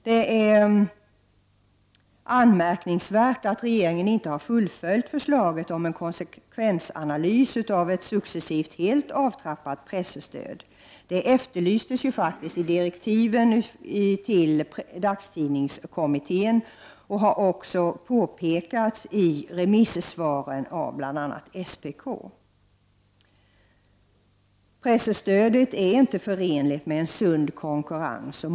Det är anmärkningsvärt att regeringen inte har fullföljt förslaget om en konsekvensanalys av ett successivt helt avtrappat presstöd. Det efterlystes faktiskt i direktiven till dagstidningskommittén och har även påpekats i remissvaren, bl.a. från SPK. Presstödet är inte förenligt med en sund konkurrens.